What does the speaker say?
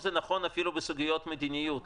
אפילו בסוגיות מדיניות,